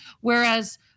Whereas